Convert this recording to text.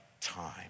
time